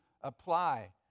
apply